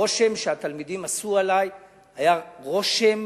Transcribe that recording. הרושם שהתלמידים עשו עלי היה רושם